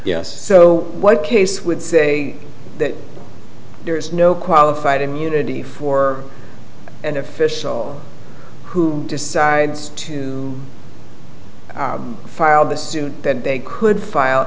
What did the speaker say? yes so what case would say that there is no qualified immunity for an official who decides to file the suit that they could file